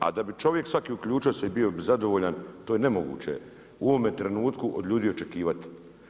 A da bi čovjek svaki uključio se i bio bi zadovoljan to je nemoguće u ovome trenutku od ljudi očekivati.